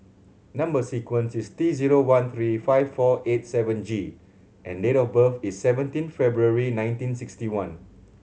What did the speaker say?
number sequence is T zero one three five four eight seven G and date of birth is seventeen February nineteen sixty one